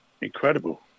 Incredible